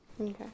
Okay